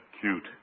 cute